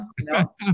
No